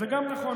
זה גם נכון,